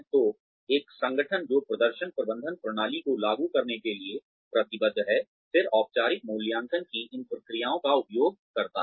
तो एक संगठन जो प्रदर्शन प्रबंधन प्रणालियों को लागू करने के लिए प्रतिबद्ध है फिर औपचारिक मूल्यांकन की इन प्रक्रियाओं का उपयोग करता है